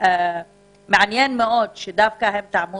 מעניין מאוד שדווקא בתקופת הקורונה